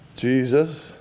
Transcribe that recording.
Jesus